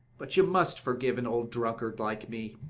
but you must forgive an old drunkard like me.